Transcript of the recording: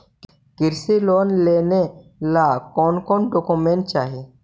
कृषि लोन लेने ला कोन कोन डोकोमेंट चाही?